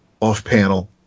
off-panel